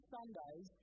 Sundays